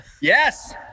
Yes